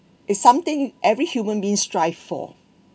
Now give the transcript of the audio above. is something every human being strive for